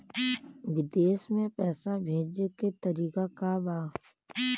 विदेश में पैसा भेजे के तरीका का बा?